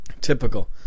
Typical